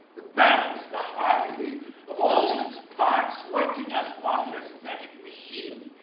the balance, the harmony of all its parts working as one aesthetic machine.